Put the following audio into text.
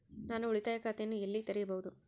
ನಾನು ಉಳಿತಾಯ ಖಾತೆಯನ್ನು ಎಲ್ಲಿ ತೆರೆಯಬಹುದು?